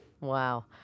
Wow